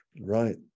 right